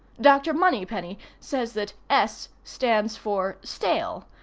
dr. moneypenny says that s. stands for stale,